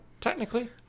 technically